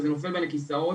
וזה נופל בין הכסאות,